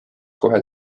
kohe